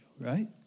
right